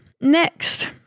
next